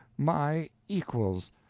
my equals!